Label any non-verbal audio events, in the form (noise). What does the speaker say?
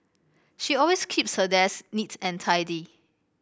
she always keeps her desk (unintelligible) and tidy